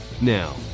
Now